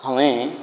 हांवें